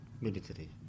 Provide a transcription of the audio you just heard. military